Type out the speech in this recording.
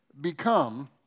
become